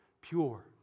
pure